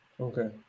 Okay